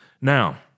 Now